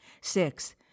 Six